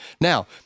Now